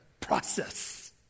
process